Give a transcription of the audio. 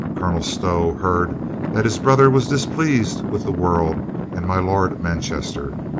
colonel stow heard that his brother was displeased with the world and my lord manchester.